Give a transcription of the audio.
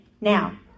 Now